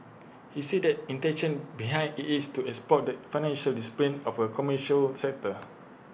he said that intention behind IT is to exploit the financial discipline of A commercial sector